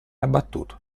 abbattuto